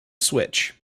switch